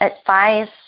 advice